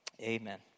Amen